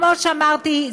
כמו שאמרתי,